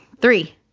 Three